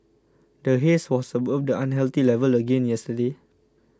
the haze was above the unhealthy level again yesterday